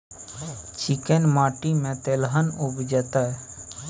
चिक्कैन माटी में तेलहन उपजतै?